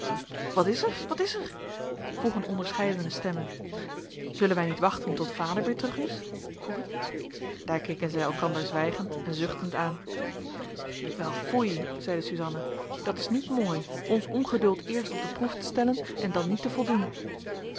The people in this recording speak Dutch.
wat is er wat is er vroegen onderscheidene stemmen zullen wij niet wachten tot vader weer terug is vroeg ik daar keken zij elkander zwijgend en zuchtend aan wel foei zeide suzanna dat is niet mooi ons ongeduld eerst op de proef te stellen en dan niet te voldoen